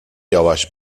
yavaş